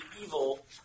evil